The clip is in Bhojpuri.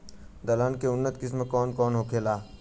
दलहन के उन्नत किस्म कौन कौनहोला?